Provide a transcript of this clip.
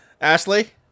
Ashley